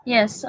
Yes